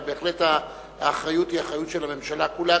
אבל האחריות היא האחריות של הממשלה כולה,